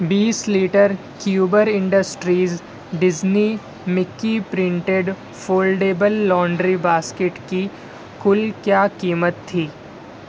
بیس litre Kuber industries Disney Mickey printed foldable laundry basket کی کل کیا قیمت تھی